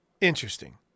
interesting